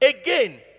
Again